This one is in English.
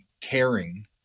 caring